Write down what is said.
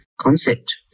concept